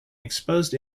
exposed